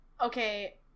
Okay